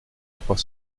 trois